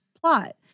plot